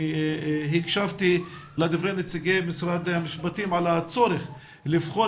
אני הקשבתי לדברי נציגי משרד המשפטים על הצורך לבחון